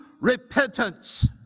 repentance